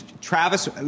Travis